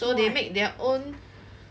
so they make their own